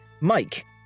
mike